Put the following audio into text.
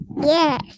Yes